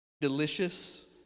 Delicious